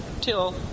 till